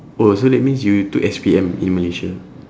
oh so that means you took S_P_M in malaysia